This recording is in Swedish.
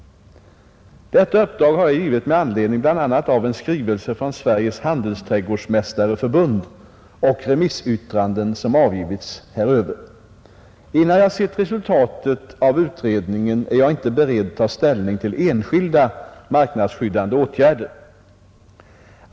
Detta uppdrag har jag givit med anledning bl.a. av en skrivelse från Sveriges handelsträdgårdsmästareförbund och remissyttranden som avgivits häröver. Innan jag sett resultatet av utredningen är jag inte beredd ta ställning till enskilda marknadsskyddande åtgärder.